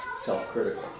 self-critical